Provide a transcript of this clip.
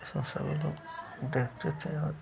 जिसको सभी लोग देखते थे और